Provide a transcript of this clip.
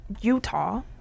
Utah